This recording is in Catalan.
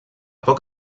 poc